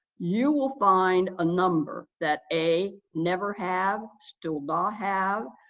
you will find a number that a. never have, still not have,